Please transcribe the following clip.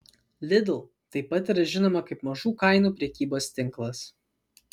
lidl taip pat yra žinoma kaip mažų kainų prekybos tinklas